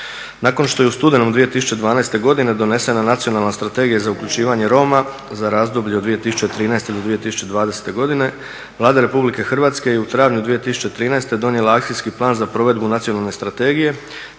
Nakon što je u studenom 2012. godine donesena Nacionalna strategija za uključivanje Roma za razdoblje od 2013. do 2020. godine, Vlada RH je u travnju 2013. donijela akcijski plan za provedbu nacionalne strategije